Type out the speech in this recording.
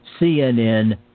CNN